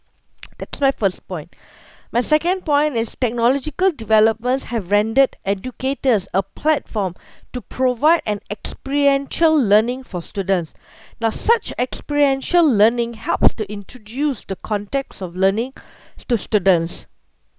that's my first point my second point is technological developments have rendered educators a platform to provide an experiential learning for students now such experiential learning helps to introduce the context of learning to students